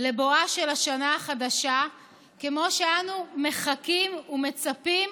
לבואה של השנה החדשה כמו שאנו מחכים ומצפים